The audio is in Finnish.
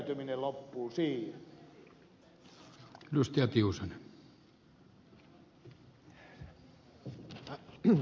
rehevöityminen loppuu siihen